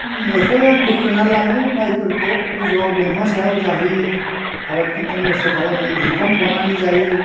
मोख्राया बोखोना लाङो माइफोरखौ गोजौआव दंफां सायाव जाहैयो आबाद खिथि नस्थ' खालामो जुखाम फनानै जायो